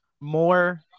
more